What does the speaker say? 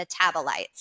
metabolites